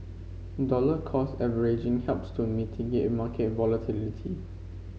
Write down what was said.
dollar cost averaging helps to mitigate market volatility